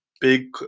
big